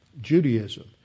Judaism